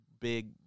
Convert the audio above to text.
big